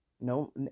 No